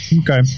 okay